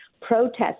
protests